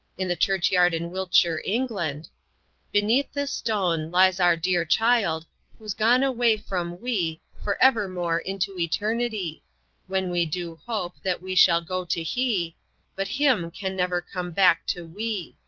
in a church-yard in wiltshire, england beneath this stone lies our dear child whos' gone away from we for evermore into eternity when we do hope that we shall go to he but him can never come back to we.